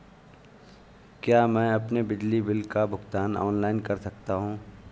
क्या मैं अपने बिजली बिल का भुगतान ऑनलाइन कर सकता हूँ?